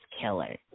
killer